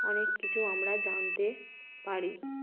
অনেক কিছু আমরা জানতে পারি